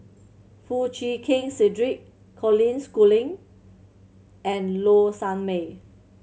Foo Chee Keng Cedric Colin Schooling and Low Sanmay